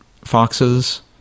foxes